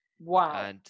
wow